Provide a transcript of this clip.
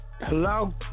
Hello